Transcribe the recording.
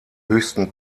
höchsten